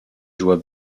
joies